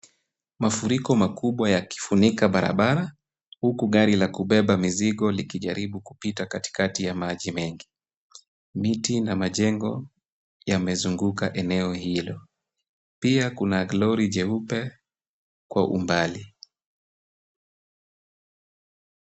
Mafuriko makubwa yakifunika barabara, huku gari la kubeba mizigo likijaribu kupita katikati ya maji mengi. Miti na majengo yamezunguka eneo hilo, pia kuna lori jeupe kwa umbali.